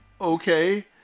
Okay